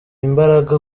imbaraga